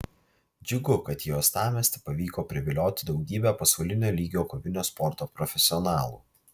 džiugu kad į uostamiestį pavyko privilioti daugybę pasaulinio lygio kovinio sporto profesionalų